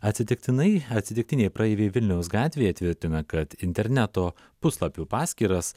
atsitiktinai atsitiktiniai praeiviai vilniaus gatvėje tvirtina kad interneto puslapių paskyras